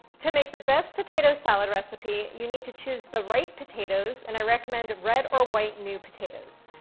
to make the best potato salad recipe, you need to choose the right potatoes, and i recommend red or white new potatoes.